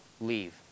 Leave